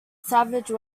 savage